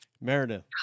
Meredith